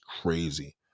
crazy